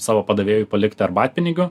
savo padavėjui palikti arbatpinigių